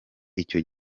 icyo